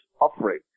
offering